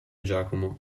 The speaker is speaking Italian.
giacomo